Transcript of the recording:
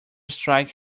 strike